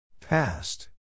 past